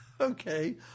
Okay